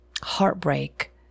heartbreak